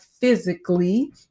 physically